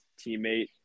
teammate